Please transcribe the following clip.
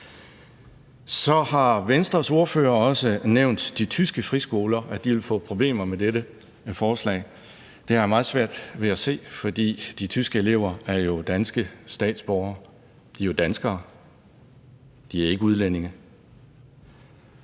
Så har Venstres ordfører også nævnt, at de tyske friskoler vil få problemer med dette forslag. Det har jeg meget svært ved at se, for de tyske elever er jo danske statsborgere. De er jo danskere. De er ikke udlændinge.